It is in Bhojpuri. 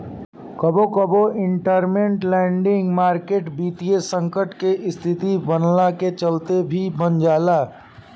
कबो कबो इंटरमेंट लैंडिंग मार्केट वित्तीय संकट के स्थिति बनला के चलते भी बन जाला